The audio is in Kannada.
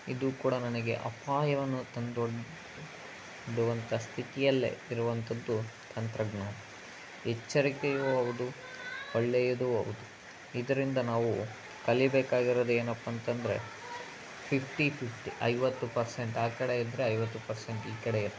ಇದು ಕೂಡ ನನಗೆ ಅಪಾಯವನ್ನು ತಂದೊಡ್ಡುವಂಥ ಸ್ಥಿತಿಯಲ್ಲೇ ಇರುವಂಥದ್ದು ತಂತ್ರಜ್ಞಾನ ಎಚ್ಚರಿಕೆಯೂ ಹೌದು ಒಳ್ಳೆಯದೂ ಹೌದು ಇದರಿಂದ ನಾವು ಕಲಿಬೇಕಾಗಿರೋದು ಏನಪ್ಪಂತಂದರೆ ಫಿಫ್ಟಿ ಫಿಫ್ಟಿ ಐವತ್ತು ಪರ್ಸೆಂಟ್ ಆ ಕಡೆ ಇದ್ದರೆ ಐವತ್ತು ಪರ್ಸೆಂಟ್ ಈ ಕಡೆ